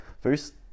First